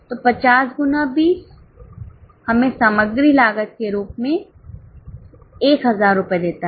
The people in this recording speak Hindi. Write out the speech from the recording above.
तो 50 गुना 20 हमें सामग्री लागत के रूप में 1000 रुपये देता है